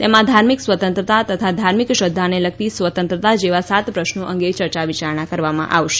તેમાં ધાર્મિક સ્વતંત્રતા તથા ધાર્મિક શ્રદ્ધાને લગતી સ્વતંત્રતા જેવા સાત પ્રશ્નો અંગે વિચારણા કરવામાં આવશે